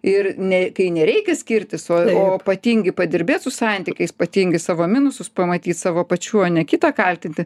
ir nei kai nereikia skirtis o o patingi padirbėt su santykiais patingi savo minusus pamatyt savo pačių ane kitą kaltinti